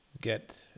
get